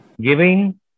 giving